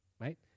right